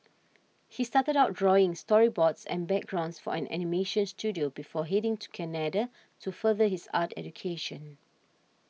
he started out drawing storyboards and backgrounds for an animation studio before heading to Canada to further his art education